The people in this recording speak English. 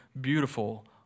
beautiful